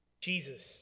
Jesus